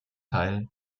teil